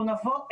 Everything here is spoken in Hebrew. אנחנו נבוא.